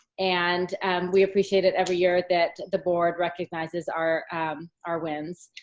and we appreciate it every year that the board recognizes our our wins.